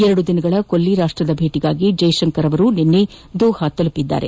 ಎರಡು ದಿನಗಳ ಕೊಲ್ಲಿ ರಾಷ್ಟದ ಭೇಟಿಗಾಗಿ ಜೈಶಂಕರ್ ನಿನ್ನೆ ದೋಹಾ ತಲುಪಿದ್ದಾರೆ